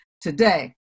today